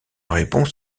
réponse